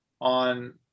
on